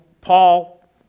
Paul